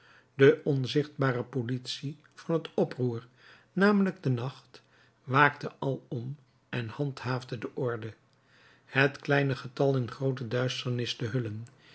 de onzichtbare politie van het oproer namelijk de nacht waakte alom en handhaafde de orde het kleine getal in groote duisternis te hullen